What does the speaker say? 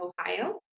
Ohio